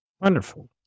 Wonderful